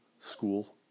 school